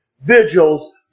vigils